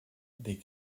des